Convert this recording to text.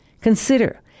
Consider